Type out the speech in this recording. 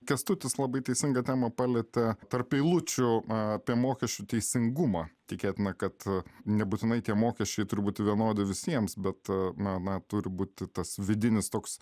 kęstutis labai teisingą temą palietė tarp eilučių apie mokesčių teisingumą tikėtina kad nebūtinai tie mokesčiai turi būti vienodi visiems bet na na turi būti tas vidinis toks